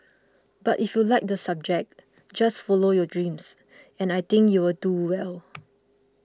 but if you like the subject just follow your dreams and I think you'll do well